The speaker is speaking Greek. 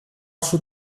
σου